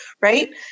right